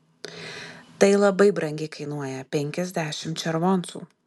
tai labai brangiai kainuoja penkiasdešimt červoncų